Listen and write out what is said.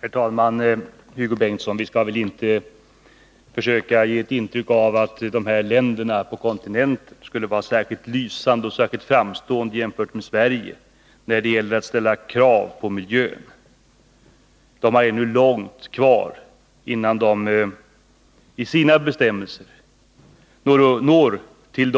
Herr talman! Vi skall väl inte, Hugo Bengtsson, försöka ge ett intryck av att de här länderna på kontinenten skulle vara särskilt lysande och särskilt framstående jämfört med Sverige när det gäller att ställa krav på miljön. De har ännu långt kvar innan de i sina bestämmelser når till